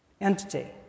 entity